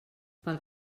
pel